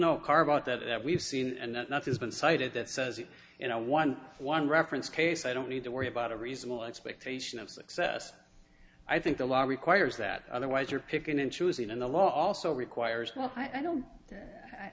no car about that we've seen and nothing's been cited that says in a one one reference case i don't need to worry about a reasonable expectation of success i think the law requires that otherwise you're picking and choosing and the law also requires well i don't